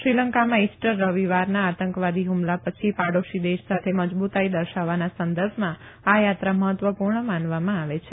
શ્રીલંકામાં ઈસ્ટર રવિવારના આતંકી હ્મલાઓ પછી પાડોશી દેશ સાથે મજબુતાઈ દર્શાવવાના સંદર્ભમાં આ યાત્રા મહત્વપુર્ણ માનવમાં આવે છે